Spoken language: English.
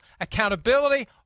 accountability